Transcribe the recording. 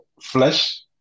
flesh